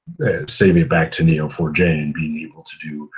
saving back to n e o four j and being able to do